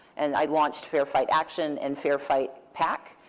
and i launched fair fight action and fair fight pac.